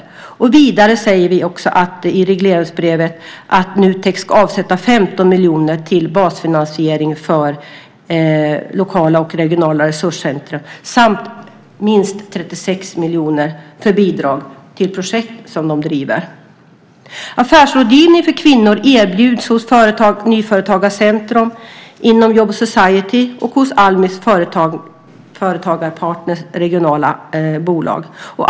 Vidare framgår det av regleringsbrevet att Nutek ska avsätta 15 miljoner till basfinansiering av lokala och regionala resurscentrum samt minst 36 miljoner för bidrag till projekt som de driver. Affärsrådgivning för kvinnor erbjuds hos Nyföretagarcentrum inom Jobs and Society och hos Almi Företagspartners regionala bolag.